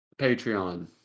Patreon